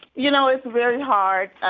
you know, it's very hard.